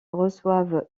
reçoivent